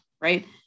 right